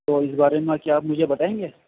تو اس بارے میں کیا آپ مجھے بتائیں گے